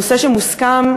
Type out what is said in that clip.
נושא שמוסכם,